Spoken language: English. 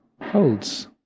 holds